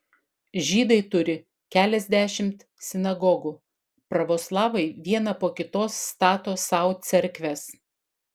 žydai turi keliasdešimt sinagogų pravoslavai vieną po kitos stato sau cerkves